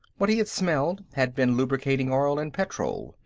what he had smelled had been lubricating oil and petrol,